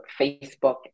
Facebook